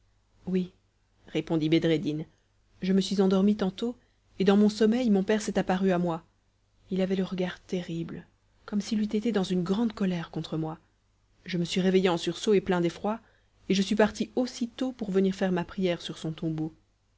oui répondit bedreddin je me suis endormi tantôt et dans mon sommeil mon père s'est apparu à moi il avait le regard terrible comme s'il eût été dans une grande colère contre moi je me suis réveillé en sursaut et plein d'effroi et je suis parti aussitôt pour venir faire ma prière sur son tombeau